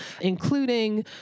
including